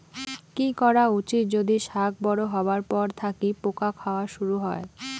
কি করা উচিৎ যদি শাক বড়ো হবার পর থাকি পোকা খাওয়া শুরু হয়?